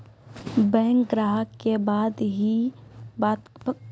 Bank ग्राहक के बात की येकरा आप किसी भी खाता मे रुपिया ट्रांसफर करबऽ?